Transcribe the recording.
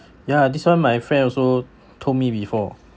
ya this one my friend also told me before